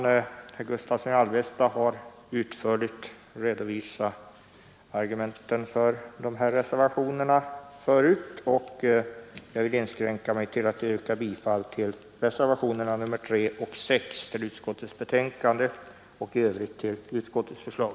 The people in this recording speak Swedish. Herr Gustavsson i Alvesta har tidigare utförligt redovisat argumenten för dessa reservationer, och jag vill inskränka mig till att yrka bifall till reservationerna 3 och 6 till utskottets betänkande och i övrigt till utskottets förslag.